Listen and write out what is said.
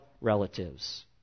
relatives